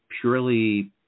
purely